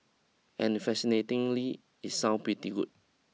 and fascinatingly it sounds pretty good